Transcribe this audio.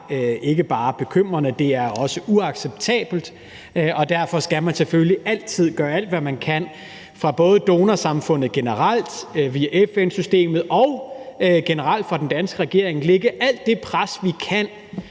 ikke bare bekymrende, det er også uacceptabelt. Derfor skal man selvfølgelig altid gøre alt, hvad man kan – både fra donorsamfundet generelt, via FN-systemet og generelt fra den danske regering – og lægge alt det pres, man